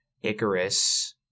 Icarus